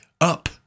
up